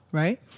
right